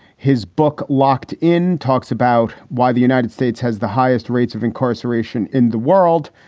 his book, locked in, talks about why the united states has the highest rates of incarceration in the world.